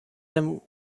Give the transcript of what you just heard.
him